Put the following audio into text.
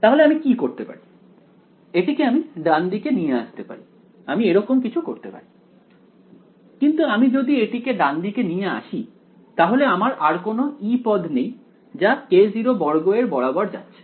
তাহলে আমি কি করতে পারি এটিকে আমি ডান দিকে নিয়ে আসতে পারি আমি এরকম কিছু করতে পারি কিন্তু আমি যদি এটিকে ডানদিকে নিয়ে আসি তাহলে আমার আর কোনও E পদ নেই যা k02 এর বরাবর যাচ্ছে